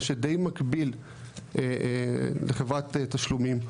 מה שדי מקביל לחברת תשלומים,